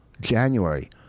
January